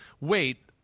wait